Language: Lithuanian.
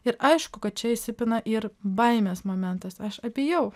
ir aišku kad čia įsipina ir baimės momentas aš apėjau